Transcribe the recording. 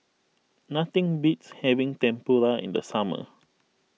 nothing beats having Tempura in the summer